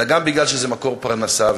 אלא גם משום שזה מקור פרנסה,